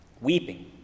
weeping